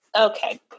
Okay